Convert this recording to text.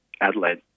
Adelaide